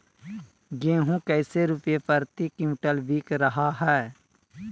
गेंहू कैसे रुपए प्रति क्विंटल बिक रहा है?